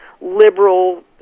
liberal